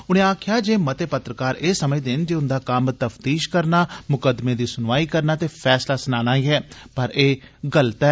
उनें आक्खेआ जे मते पत्रकार एह् समझदे न जे उन्दा कम्म तफतीष करना मुकद्दमे दी सुनवाई करना ते फैसला सुनाना ऐ पर एह् गलत ऐ